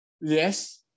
Yes